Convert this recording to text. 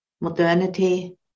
modernity